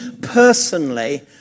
personally